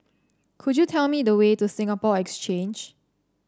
could you tell me the way to Singapore Exchange